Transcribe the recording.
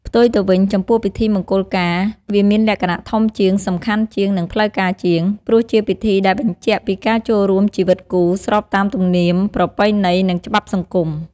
ផ្ទុយទៅវិញ ចំពោះពិធីមង្គលការវាមានលក្ខណៈធំជាង សំខាន់ជាង និងផ្លូវការជាង ព្រោះជាពិធីដែលបញ្ជាក់ពីការចូលរួមជីវិតគូ ស្របតាមទំនៀមប្រពៃណី និងច្បាប់សង្គម។